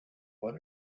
but